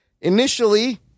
initially